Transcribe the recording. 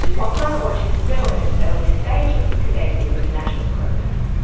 while climatewatch is still in its early stages compared to these international programs,